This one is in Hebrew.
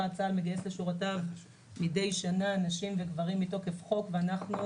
שצה"ל מגייס לשורותיו מדי שנה גברים ונשים מתוקף חוק ואנחנו